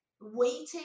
waiting